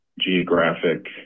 geographic